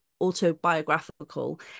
autobiographical